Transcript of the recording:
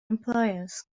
employers